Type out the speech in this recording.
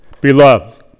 Beloved